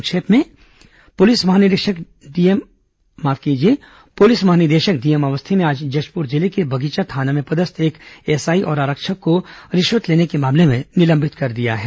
संक्षिप्त समाचार पुलिस महानिदेशक डीएम अवस्थी ने आज जशपुर जिले के बगीचा थाना में पदस्थ एक एसआई और आरक्षक को रिश्वत लेने के मामले में निलंबित कर दिया है